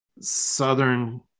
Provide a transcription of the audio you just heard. southern